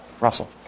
Russell